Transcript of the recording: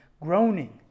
groaning